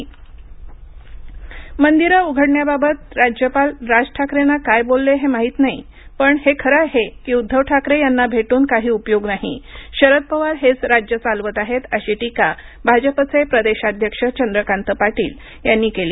चंद्रकांत पाटील मंदिरं उघडण्याबाबत राज्यपाल राज ठाकरेंना काय बोलले हे माहीत नाही पण हे खर आहे की उद्धव ठाकरे यांना भेटून काही उपयोग नाही शरद पवार हेच राज्य चालवत आहेत अशी टीका भाजपचे प्रदेशाध्यक्ष चंद्रकांत पाटील यांनी केली